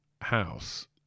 house